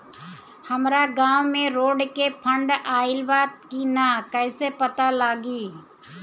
हमरा गांव मे रोड के फन्ड आइल बा कि ना कैसे पता लागि?